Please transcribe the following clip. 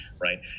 right